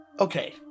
Okay